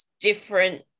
different